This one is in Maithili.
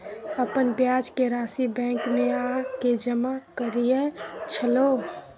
अपन ब्याज के राशि बैंक में आ के जमा कैलियै छलौं?